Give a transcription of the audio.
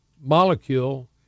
molecule